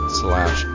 slash